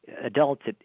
adults